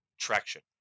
traction